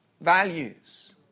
values